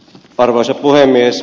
arvoisa puhemies